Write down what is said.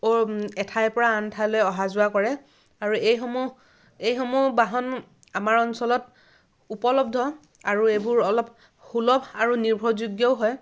এঠাইৰ পৰা আন ঠাইলৈ অহা যোৱা কৰে আৰু এইসমূহ এইসমূহ বাহন আমাৰ অঞ্চলত উপলব্ধ আৰু এইবোৰ অলপ সুলভ আৰু নিৰ্ভৰযোগ্যও হয়